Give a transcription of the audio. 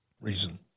reason